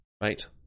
right